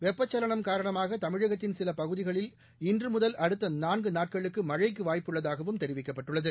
வெப்பச்சலனம் காரணமாகதமிழகத்தின் சிலபகுதிகளில் இன்றுமுதல் அடுத்தநான்குநாட்களுக்குமழைக்குவாய்ப்பு உள்ளதாகவும் தெரிவிக்கப்பட்டுள்ளது